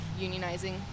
unionizing